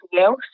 else